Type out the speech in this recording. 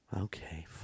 Okay